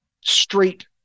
straight